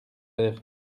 père